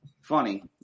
funny